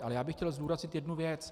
Ale já bych chtěl zdůraznit jednu věc.